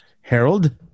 Harold